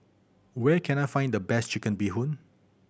where can I find the best Chicken Bee Hoon